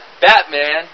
Batman